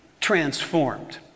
transformed